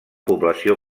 població